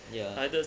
ya